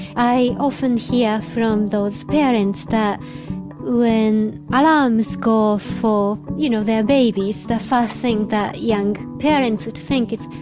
i often hear from those parents that when alarms go for you know their babies, the first thing that young parents would think is,